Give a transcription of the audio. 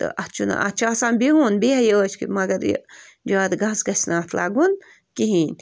تہٕ اَتھ چھُنہٕ اَتھ چھُ آسان بِہُن بیٚہہِ عٲش کٔرِتھ مگر یہِ زیادٕ گَس گَژھِ نہٕ اَتھ لَگُن کِہیٖنٛۍ